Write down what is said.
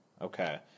Okay